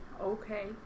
Okay